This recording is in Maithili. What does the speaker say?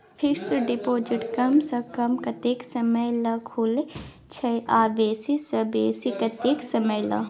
फिक्सड डिपॉजिट कम स कम कत्ते समय ल खुले छै आ बेसी स बेसी केत्ते समय ल?